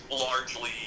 largely